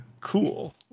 Cool